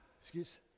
Excuse